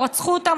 או רצחו אותם,